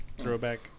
throwback